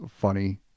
funny